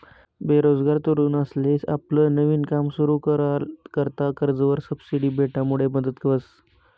बेरोजगार तरुनसले आपलं नवीन काम सुरु कराना करता कर्जवर सबसिडी भेटामुडे मदत व्हस